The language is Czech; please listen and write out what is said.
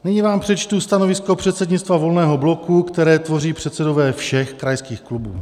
Nyní vám přečtu stanovisko předsednictva Volného bloku, které tvoří předsedové všech krajských klubů: